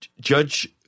Judge